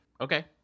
Okay